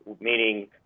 meaning